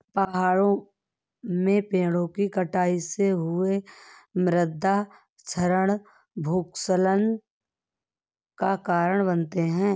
पहाड़ों में पेड़ों कि कटाई से हुए मृदा क्षरण भूस्खलन का कारण बनते हैं